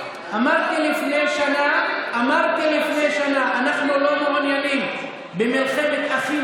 אמרתי לפני שנה: אנחנו לא מעוניינים במלחמת אחים